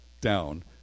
down